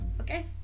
Okay